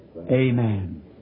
Amen